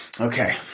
okay